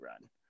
run